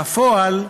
בפועל,